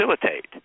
facilitate